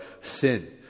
sin